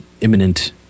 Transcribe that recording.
imminent